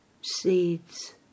Seeds